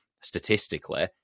statistically